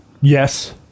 Yes